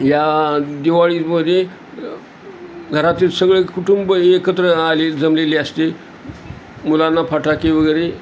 या दिवाळीमध्ये घरातील सगळे कुटुंब एकत्र आलेली जमलेली असते मुलांना फटाके वगेरे